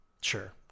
Sure